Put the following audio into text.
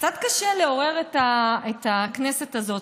קצת קשה לעורר את הכנסת הזאת,